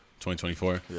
2024